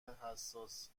حساس